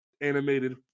animated